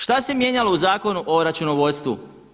Šta se mijenjalo u Zakonu o računovodstvu?